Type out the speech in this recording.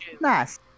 nice